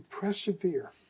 persevere